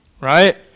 right